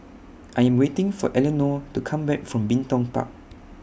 I Am waiting For Elenore to Come Back from Bin Tong Park